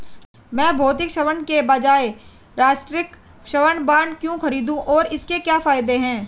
मैं भौतिक स्वर्ण के बजाय राष्ट्रिक स्वर्ण बॉन्ड क्यों खरीदूं और इसके क्या फायदे हैं?